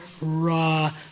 raw